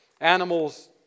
animals